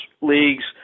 leagues